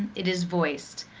it is voiced.